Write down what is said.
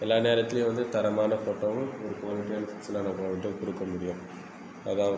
எல்லா நேரத்துலேயும் வந்து தரமான போட்டோவும் குவாலிடியான ஃபிக்ஸ்டான போட்டு கொடுக்க முடியும் அதுதான்